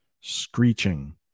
screeching